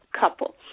couple